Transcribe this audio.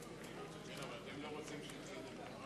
איסור פרסום הסתה לשלילת קיומה של מדינת